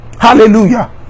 hallelujah